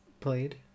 played